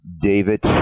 David